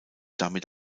damit